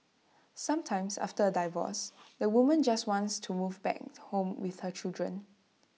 sometimes after A divorce the woman just wants to move back home with her children